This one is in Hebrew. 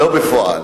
לא בפועל.